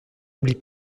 oublie